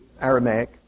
Aramaic